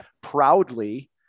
proudly